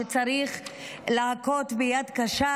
שצריך להכות ביד קשה,